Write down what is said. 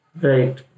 Right